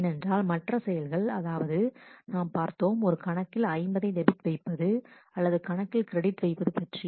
ஏனென்றால் மற்ற செயல்கள் அதாவது நாம் பார்த்தோம் ஒரு கணக்கில் ஐம்பதை டெபிட் வைப்பது அல்லது கணக்கில் கிரெடிட் வைப்பது பற்றி